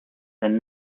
than